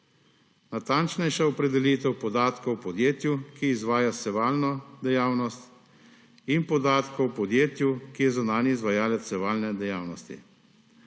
natančnejša opredelitev podatkov o podjetju, ki izvaja sevalno dejavnost, in podatkov o podjetju, ki je zunanji izvajalec sevalne dejavnosti;